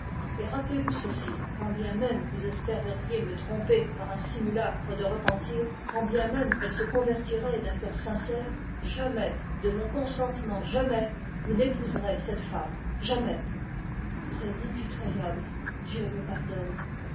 et rappelez-vous ceci quand bien même vous espéreriez me tromper par un simulacre de repentir quand bien même elle se convertirait d'un cœur sincère jamais de mon consentement vous n'épouserez cette femme jamais